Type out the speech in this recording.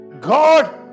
God